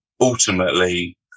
ultimately